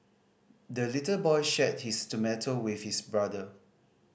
the little boy shared his tomato with his brother